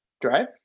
drive